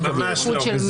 ממש לא.